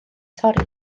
torri